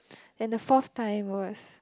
and the forth time was